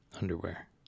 underwear